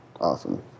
Awesome